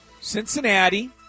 cincinnati